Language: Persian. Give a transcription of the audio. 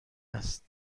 است